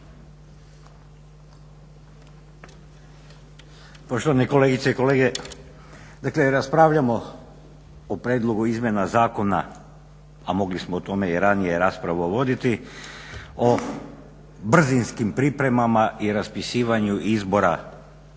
Poštovani kolegice i kolege, dakle raspravljamo o Prijedlogu izmjena Zakona a mogli smo o tome i ranije raspravu voditi o brzinskim pripremama i raspisivanju izbora službeno